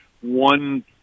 one